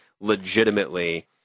legitimately